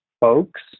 folks